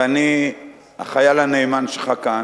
ואני החייל הנאמן שלך כאן,